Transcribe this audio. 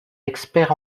expert